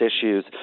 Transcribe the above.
issues